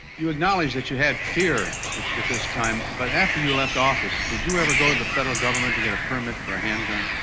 you acknowledge that you had fear at this time, and but after you left office, did you ever go to the federal government to get a permit for a handgun?